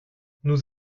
nous